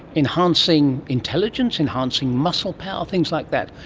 enhancing intelligence, enhancing muscle power, things like that.